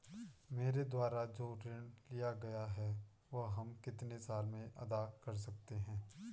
मेरे द्वारा जो ऋण लिया गया है वह हम कितने साल में अदा कर सकते हैं?